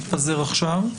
שנתפזר עכשיו,